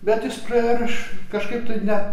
bet jis praėjo ir aš kažkaip tai ne